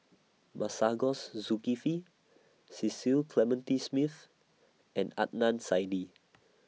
Masagos Zulkifli Cecil Clementi Smith and Adnan Saidi